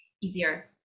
easier